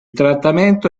trattamento